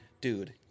dude